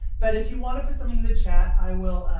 but if you want to put something in the chat, i will.